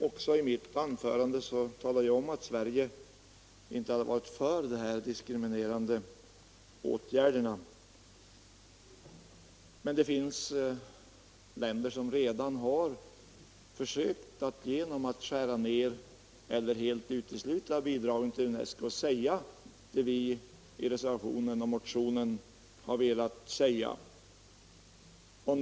Herr talman! Även jag talade i mitt anförande om att Sverige inte hade varit för de diskriminerande åtgärderna. Men det finns länder som genom att skära ned eller helt ta bort bidragen till UNESCO har försökt säga vad vi har velat säga i motionen och i reservationen.